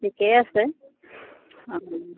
ঠিকেই আছে অঁ